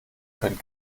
können